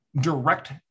direct